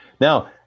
Now